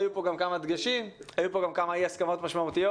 היו פה גם כמה דגשים וכמה אי הסכמות משמעותיות.